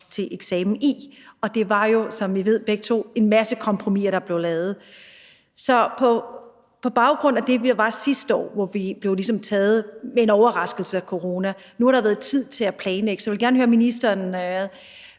kunne komme til, og der var jo, som vi begge to ved, en masse kompromisser, der blev lavet. Så på baggrund af, hvor vi var sidste år, og hvor vi ligesom blev taget med overraskelse af coronaen – nu har der været tid til at planlægge – vil jeg gerne høre ministeren: